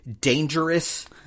dangerous